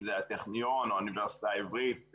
אם זה טכניון או האוניברסיטה העברית,